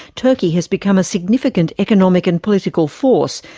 turkey has become a significant economic and political force,